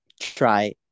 try